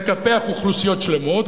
לקפח אוכלוסיות שלמות,